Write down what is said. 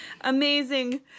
Amazing